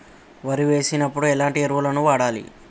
వరి వేసినప్పుడు ఎలాంటి ఎరువులను వాడాలి?